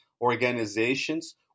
organizations